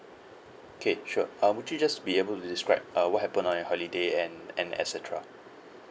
okay sure um would you just be able to describe uh what happened on your holiday and and et cetera